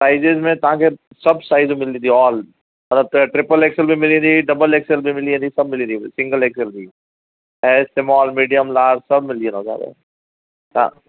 sizes में तव्हां खे सभु साईज़ मिलंदी ऑल हा त ट्रिपल एक्सैल बि मिलंदी डबल एक्सैल बि मिली वेंदी सभु मिली वेंदी सिंगल एक्सैल बि एक्स स्मॉल मिडियम लार्ज सभु मिली वेंदो तव्हां खे हा